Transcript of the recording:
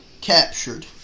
captured